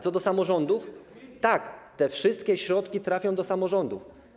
Co do samorządów, tak, te wszystkie środki trafią do samorządów.